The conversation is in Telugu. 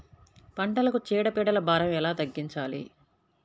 పంటలకు చీడ పీడల భారం ఎలా తగ్గించాలి?